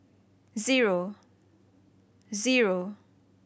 zero